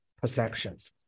perceptions